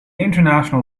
international